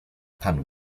panu